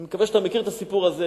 אני מקווה שאתה מכיר את הסיפור הזה,